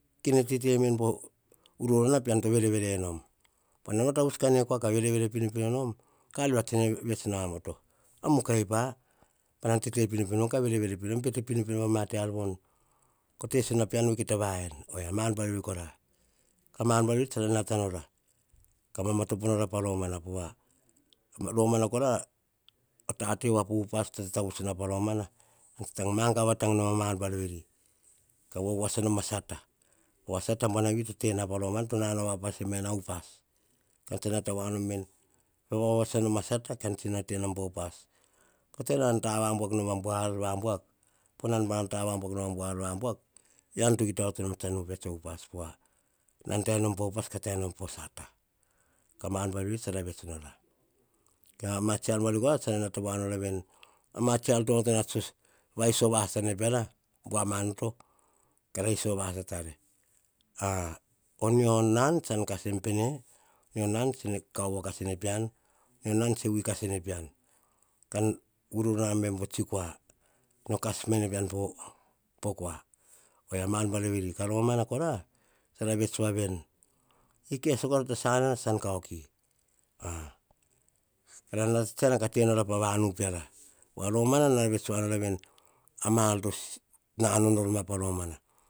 Ke ne tete me nu po uru ruana, pean to vere nom ka vatavuts kane pe, pe kua, ka vere pino, pino nom, ka ar via tse ne vets na amoto. A mukai pa, pa nan tete pinopino nom, ka vere vere pinopino nom pa ma ar voni, te sisio nom pean va kita vaen. O yia ma ar buanavi kora. Ka ma ar buar veri tsa nata nora, ka mamatopo nora pa romana, to nanao me na upas. Tsan nata woa nom veni, ka wawasa nom a sata, pova, sata nao vapaese me na upas. Kean tsa nat voa nomveni, nata voa nom i kan tsino vavoasa nom sata, kan tsino tenom pa upas. O taim nana ta nom a buar va buak, panan ta nom abuar va buak. Ean to kita onoto nom tsan op a uupas. nan ta enom pa upas mana pata mar buar veri tsara vets nora, veni, ma tsi ar buar veri, tsara nata voa nora veni, onotana tso vaiso vasata piara tom naiana. Mionana tse vui kassene pean ko mio nan tse kaovo kassene pean. Ko kas mene pian po kua, ma ar buar veri kora. Vets voa vene mukai kora tsan kauki, kara natsiana ka tenora pa vanu piara.